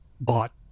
bought